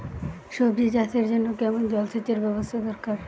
সবজি চাষের জন্য কেমন জলসেচের ব্যাবস্থা দরকার?